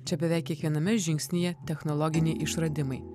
čia beveik kiekviename žingsnyje technologiniai išradimai